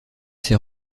ses